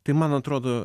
tai man atrodo